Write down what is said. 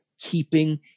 keeping